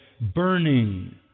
burning